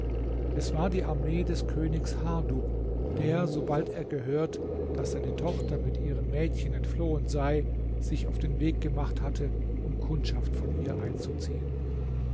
es war die armee des königs hardub der sobald er gehört daß seine tochter mit ihren mädchen entflohen sei sich auf den weg gemacht hatte um kundschaft von ihr einzuziehen